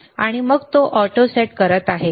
आणि मग तो ऑटो सेट करत आहे